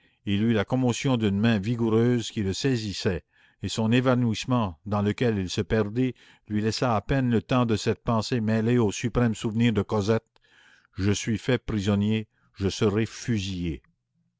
il eut la commotion d'une main vigoureuse qui le saisissait et son évanouissement dans lequel il se perdit lui laissa à peine le temps de cette pensée mêlée au suprême souvenir de cosette je suis fait prisonnier je serai fusillé